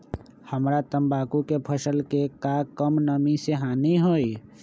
हमरा तंबाकू के फसल के का कम नमी से हानि होई?